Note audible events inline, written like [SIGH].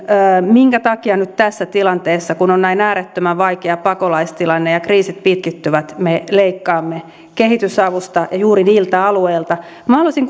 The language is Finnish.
minkä takia nyt tässä tilanteessa kun on näin äärettömän vaikea pakolaistilanne ja kriisit pitkittyvät me leikkaamme kehitysavusta ja juuri niiltä alueilta minä haluaisin [UNINTELLIGIBLE]